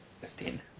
fifteen